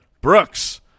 Brooks